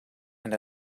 and